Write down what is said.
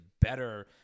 better